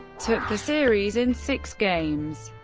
took the series in six games.